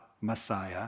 messiah